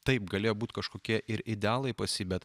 taip galėjo būti kažkokie ir idealai pas jį bet